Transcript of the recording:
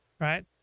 right